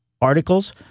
articles